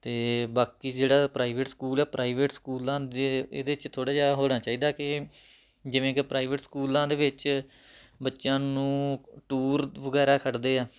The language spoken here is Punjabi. ਅਤੇ ਬਾਕੀ ਜਿਹੜਾ ਪ੍ਰਾਈਵੇਟ ਸਕੂਲ ਆ ਪ੍ਰਾਈਵੇਟ ਸਕੂਲਾਂ ਦੇ ਇਹਦੇ 'ਚ ਥੋੜ੍ਹਾ ਜਿਹਾ ਹੋਣਾ ਚਾਹੀਦਾ ਕਿ ਜਿਵੇਂ ਕਿ ਪ੍ਰਾਈਵੇਟ ਸਕੂਲਾਂ ਦੇ ਵਿੱਚ ਬੱਚਿਆਂ ਨੂੰ ਟੂਰ ਵਗੈਰਾ ਕੱਢਦੇ ਆ